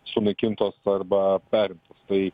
sunaikintos arba perimtos tai